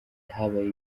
habaye